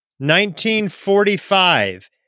1945